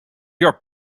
your